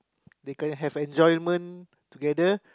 they can have enjoyment together